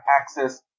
access